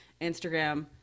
Instagram